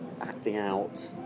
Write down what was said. acting-out